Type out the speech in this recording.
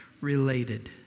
related